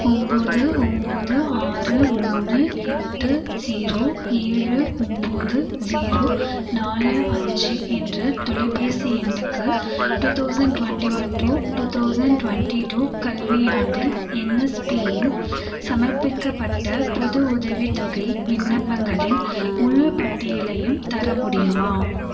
ஒம்போது ஒம்போது ஆறு மூணு எட்டு ஜீரோ ஏழு ஒம்போது ஜீரோ நாலு அஞ்சு என்ற தொலைபேசி எண்ணுக்கு two thousand twenty one to two thousand twenty two கல்வியாண்டில் என்எஸ்பியில் சமர்ப்பிக்கப்பட்ட புது உதவித்தொகை விண்ணப்பங்களின் முழுப்பட்டியலையும் தர முடியுமா